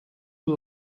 you